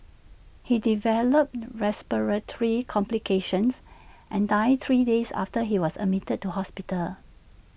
he developed respiratory complications and died three days after he was admitted to hospital